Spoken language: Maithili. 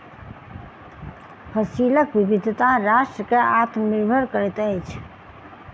फसिलक विविधता राष्ट्र के आत्मनिर्भर करैत अछि